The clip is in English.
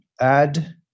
add